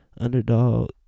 underdog